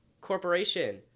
corporation